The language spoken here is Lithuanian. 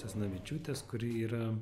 česnavičiūtės kuri yra